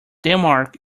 denmark